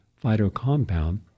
phytocompound